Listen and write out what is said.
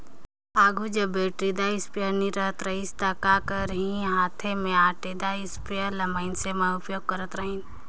आघु जब बइटरीदार इस्पेयर नी रहत रहिस ता का करहीं हांथे में ओंटेदार इस्परे ल मइनसे मन उपियोग करत रहिन